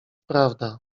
prawda